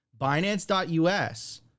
Binance.us